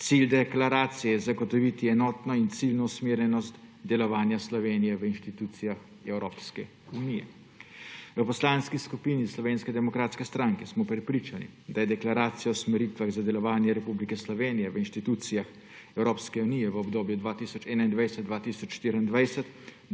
Cilj deklaracije je zagotoviti enotno in ciljno usmerjenost delovanja Slovenije v institucijah Evropske unije. V Poslanski skupini Slovenske demokratske stranke smo prepričani, da je deklaracija o usmeritvah za delovanje Republike Slovenije v institucijah Evropske unije v obdobju 2021–2024